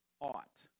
ought